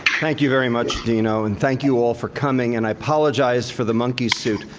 thank you very much dino. and thank you all for coming. and i apologize for the monkey suit.